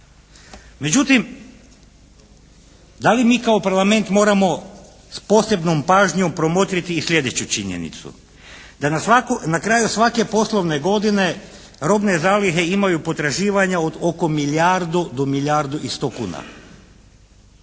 Međutim, da li mi kao Parlament moramo s posebnom pažnjom promotriti i sljedeću činjenicu, da na kraju svake poslovne godine robne zalihe imaju potraživanja od oko milijardu do milijardu i 100 kuna.